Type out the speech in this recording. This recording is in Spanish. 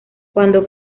cuando